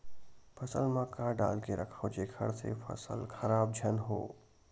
फसल म का डाल के रखव जेखर से फसल खराब झन हो?